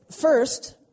first